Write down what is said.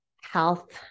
health